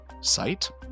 Sight